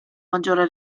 maggiore